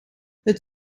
het